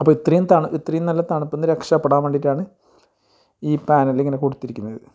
അപ്പോൾ ഇത്രയും തണുപ്പ് ഇത്രയും നല്ല തണുപ്പ്ന്ന് രക്ഷപ്പെടാൻ വേണ്ടീട്ടാണ് ഈ പാനലിങ്ങനെ കൊടുത്തിരിക്കുന്നത്